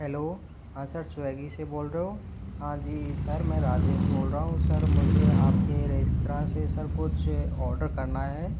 hello हाँ sir Swiggy से बोल रहे हो हाँ जी सर मैं राजेश बोल रहा हूँ सर मुझे आपके रेस्तराँ से सर कुछ ऑर्डर करना है